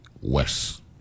west